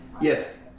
Yes